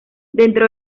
dentro